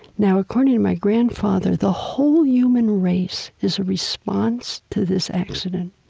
now, according to my grandfather, the whole human race is a response to this accident.